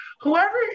whoever